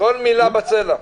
עד שנהיה אבו דאבי...